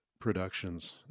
Productions